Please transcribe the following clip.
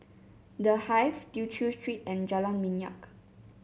The Hive Tew Chew Street and Jalan Minyak